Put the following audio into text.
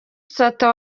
sata